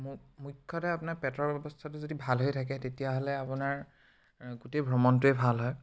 মু মুখ্যতে আপোনাৰ পেটৰ অৱস্থাটো যদি ভাল হৈ থাকে তেতিয়াহ'লে আপোনাৰ গোটেই ভ্ৰমণটোৱে ভাল হয়